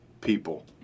people